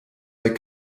der